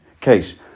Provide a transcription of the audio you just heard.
case